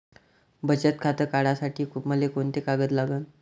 बचत खातं काढासाठी मले कोंते कागद लागन?